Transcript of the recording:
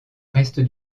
reste